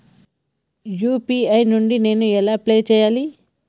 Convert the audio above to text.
UPI నుండి నేను ఎలా పే చెయ్యాలి?